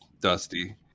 Dusty